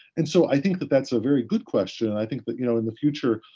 and so, i think that that's a very good question. i think that, you know in the future,